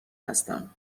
هستم